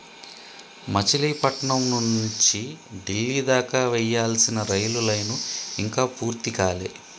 మచిలీపట్నం నుంచి డిల్లీ దాకా వేయాల్సిన రైలు లైను ఇంకా పూర్తి కాలే